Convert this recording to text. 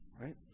Right